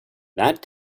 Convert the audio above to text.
that